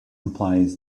implies